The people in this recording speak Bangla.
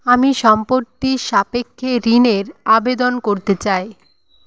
আমি সম্পত্তির সাপেক্ষে ঋণের আবেদন করতে চাই